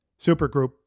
Supergroup